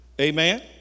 Amen